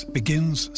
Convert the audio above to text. begins